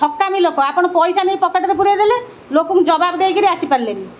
ଠକାମି ଲୋକ ଆପଣ ପଇସା ନେଇ ପକେଟରେ ପୁରାଇ ଦେଲେ ଲୋକଙ୍କୁ ଜବାଦ ଦେଇକିରି ଆସିପାରିଲେନି